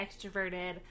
extroverted